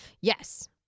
Yes